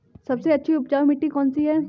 सबसे अच्छी उपजाऊ मिट्टी कौन सी है?